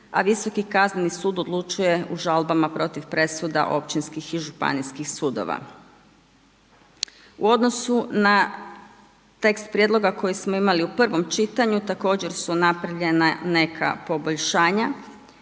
a Visoki kazneni sud odlučuje u žalbama protiv presuda općinskih i županijskih sudova. U odnosu na tekst prijedloga koji smo imali u prvom čitanju, također napravljena neka poboljšanja